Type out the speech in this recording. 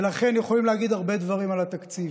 ולכן יכולים להגיד הרבה דברים על התקציב,